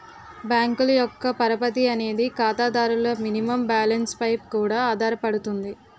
బ్యాంకుల యొక్క పరపతి అనేది ఖాతాదారుల మినిమం బ్యాలెన్స్ పై కూడా ఆధారపడుతుంది